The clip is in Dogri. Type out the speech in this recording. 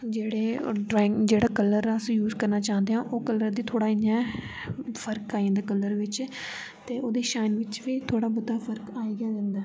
जेह्ड़े ओह् ड्राइंग जेह्ड़ा कलर अस यूज़ करना चांह्दे आं ओह् कलर दी थोह्ड़ा इयां फर्क आई जन्दा कलर बिच्च ते ओह्दी शाइन बिच्च बी थोह्ड़ा बहुत फर्क आई गै जन्दा ऐ